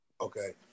Okay